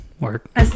work